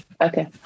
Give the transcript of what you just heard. Okay